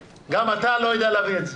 גם אתה לא יודע להביא את זה.